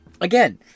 Again